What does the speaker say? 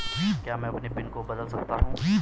क्या मैं अपने पिन को बदल सकता हूँ?